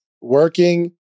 working